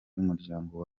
y’umuryango